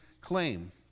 claim